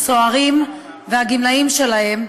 הסוהרים והגמלאים שלהם.